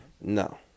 No